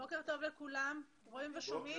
בוקר טוב לחברי הוועדה ולכל המשתתפים.